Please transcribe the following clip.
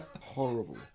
horrible